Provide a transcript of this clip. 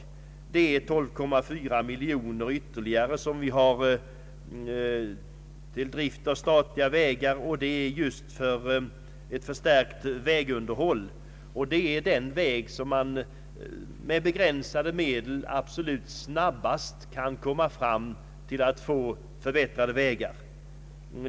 Det gäller ytterligare 12,4 miljoner kronor till drift av statliga vägar och avser ett förstärkt vägunderhåll. Det är på detta sätt man med begränsade medel snabbast kan komma fram till att få förbättrade vägar.